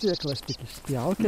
sėklas tik išspjauti